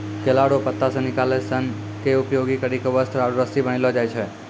केला रो पत्ता से निकालो सन के उपयोग करी के वस्त्र आरु रस्सी बनैलो जाय छै